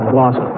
lost